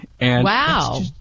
Wow